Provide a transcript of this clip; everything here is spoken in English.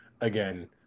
again